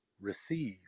receive